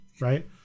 right